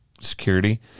security